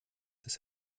dass